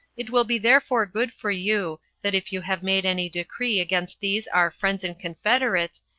it will be therefore good for you, that if you have made any decree against these our friends and confederates,